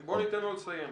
ברשותכם, תנו לי לסיים.